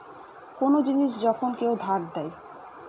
কোন জিনিস যখন কেউ ধার দেয়